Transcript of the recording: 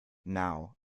now